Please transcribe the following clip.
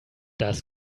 das